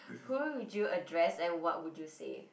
who would you address and what would you say